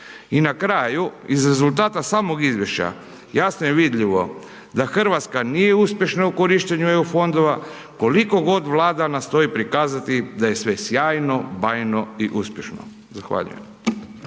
I na kraju, iz rezultata samog Izvješća, jasno je vidljivo da Hrvatska nije uspješna u korištenju EU fondova, koliko Vlada nastoji prikazati da je sve sjajno, bajno i uspješno. Zahvaljujem.